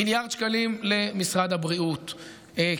מיליארד שקלים למשרד הבריאות,